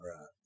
Right